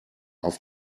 auf